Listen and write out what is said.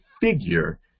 figure